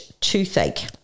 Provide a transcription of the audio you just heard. toothache